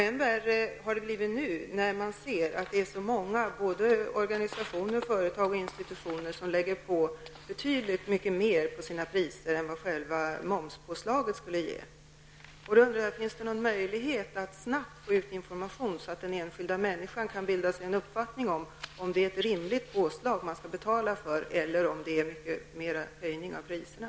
Än värre har det blivit nu när många organisationer, företag och institutioner lägger på betydligt mer på sina priser än vad själva momspåslaget motiverar. Finns det möjlighet att snabbt få ut information så att den enskilda människan kan bilda sig en uppfattning om huruvida påslaget är rimligt att betala eller om priset har höjts för mycket?